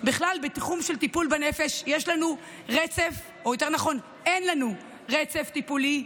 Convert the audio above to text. ובכלל בתחום של טיפול בנפש אין לנו רצף טיפולי.